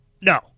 no